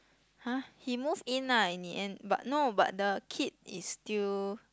!huh! he move in ah in the end but no but the kid is still